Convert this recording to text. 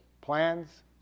plans